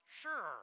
Sure